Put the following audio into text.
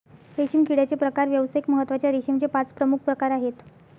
रेशीम किड्याचे प्रकार व्यावसायिक महत्त्वाच्या रेशीमचे पाच प्रमुख प्रकार आहेत